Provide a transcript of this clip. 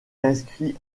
inscrit